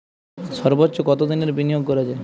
সর্বোচ্চ কতোদিনের বিনিয়োগ করা যায়?